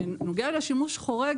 בנוגע לשימוש חורג,